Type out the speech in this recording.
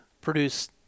produce